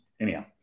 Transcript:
anyhow